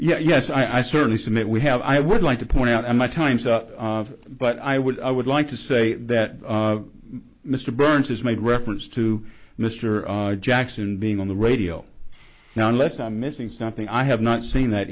yes i certainly submit we have i would like to point out in my time's up but i would i would like to say that mr burns has made reference to mr jackson being on the radio now unless i'm missing something i have not seen that